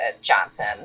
Johnson